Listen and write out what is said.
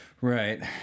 Right